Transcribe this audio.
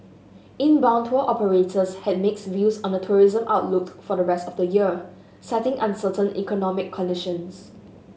inbound tour operators had mixed views on the tourism outlook for the rest of the year citing uncertain economic conditions